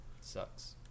sucks